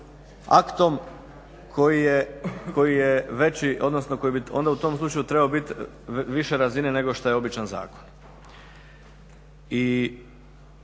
aktom koji je veći, odnosno koji bi onda u tom slučaju trebao biti više razine nego što je običan zakon.